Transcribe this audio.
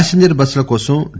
passenger బస్సులకోసం D